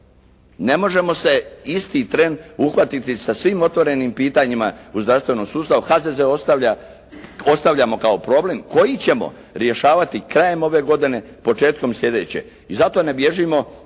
Ne možemo se isti tren uhvatiti sa svim otvorenim pitanjima u zdravstvenom sustavu. HZZO ostavljamo kao problem koji ćemo rješavati krajem ove godine, početkom sljedeće. I zato ne bježimo